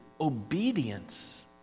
obedience